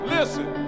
Listen